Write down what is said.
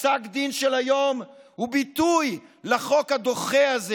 ופסק הדין של היום הוא ביטוי לחוק הדוחה הזה.